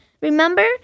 Remember